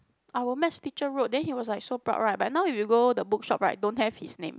our maths teacher wrote then he was like so proud right but now if you go the bookshop right don't have his name